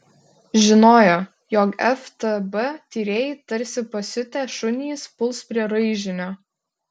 žinojo jog ftb tyrėjai tarsi pasiutę šunys puls prie raižinio